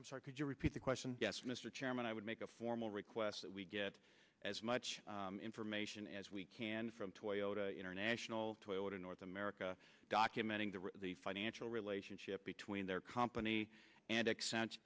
i'm sorry could you repeat the question yes mr chairman i would make a formal request that we get as much information as we can from toyota international toilet in north america documenting that the financial relationship between their company and accent